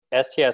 STS